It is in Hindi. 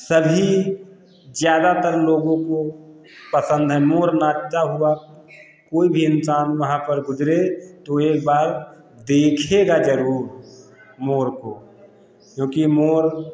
सभी ज़्यादातर लोगों को पसंद है मोर नाचता हुआ कोई भी इंसान वहाँ पर गुजरे तो एक बार देखेगा जरूर मोर को क्योंकि मोर